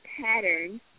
pattern